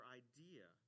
idea